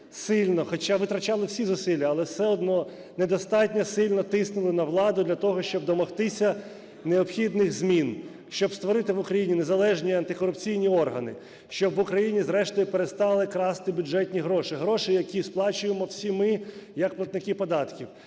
хоча витрачали всі зусилля, але все одно – недостатньо сильно тиснули на владу для того, щоб домогтися необхідних змін, щоб створити в Україні незалежні антикорупційні органи, щоб в Україні зрештою перестали красти бюджетні гроші, гроші, які сплачуємо всі ми як платники податків,